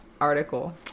article